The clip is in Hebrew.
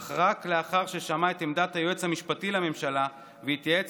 אך רק לאחר ששמע את עמדת היועץ המשפטי לממשלה והתייעץ